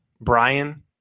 Brian